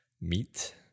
Meet